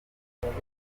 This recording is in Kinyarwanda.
ntabwo